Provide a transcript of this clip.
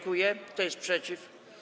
Kto jest przeciw?